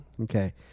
Okay